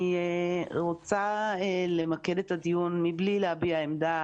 אני רוצה למקד את הדיון מבלי להביע עמדה